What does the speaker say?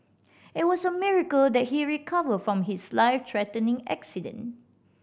it was a miracle that he recovered from his life threatening accident